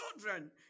children